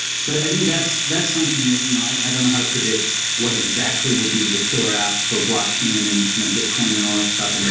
so i think that's that's something that you know i don't know how to predict what exactly will be the killer app for blockchain and kind of bitcoin and all that stuff. and